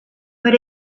but